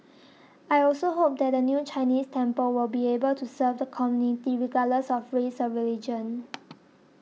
I also hope that the new Chinese temple will be able to serve the community regardless of race or religion